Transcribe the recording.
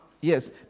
Yes